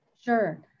Sure